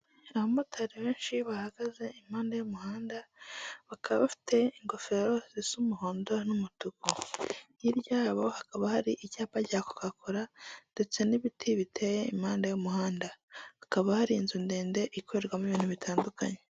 Abamotari benshi bahagaze impande y'umuhanda, bakaba bafite ingofero zisa umuhondo n'umutuku. Hirya yabo hakaba hari icyapa cya koka kora ndetse n'ibiti biteye impande y'umuhanda. Hakaba hari inzu ndende ikorerwamo ibintu bitandukanye.